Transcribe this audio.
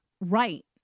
Right